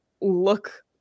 look